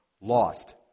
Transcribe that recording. lost